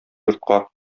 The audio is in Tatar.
йортка